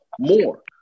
more